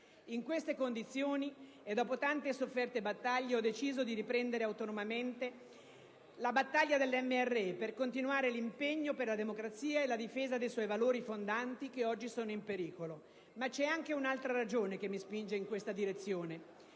In queste condizioni, dopo tante e sofferte battaglie, ho deciso di riprendere autonomamente la battaglia del Movimento dei Repubblicani Europei per continuare l'impegno per la democrazia e la difesa dei suoi valori fondanti che oggi sono in pericolo. C'è, però, anche un'altra ragione che mi spinge in questa direzione.